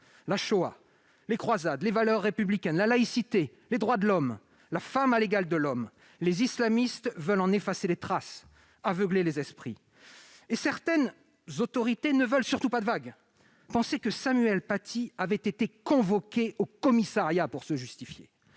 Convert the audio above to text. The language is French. La Shoah, les croisades, les valeurs républicaines, la laïcité, les droits de l'homme, la femme égale de l'homme, les islamistes veulent en effacer les traces, ils veulent aveugler les esprits. Et certaines autorités ne veulent surtout pas de vagues- pensez que Samuel Paty avait été convoqué au commissariat pour se justifier